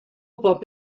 gwybod